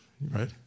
right